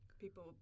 people